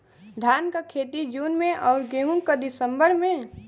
धान क खेती जून में अउर गेहूँ क दिसंबर में?